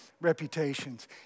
reputations